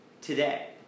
today